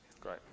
Great